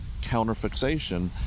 counterfixation